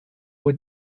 were